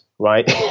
right